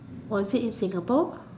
or is it in Singapore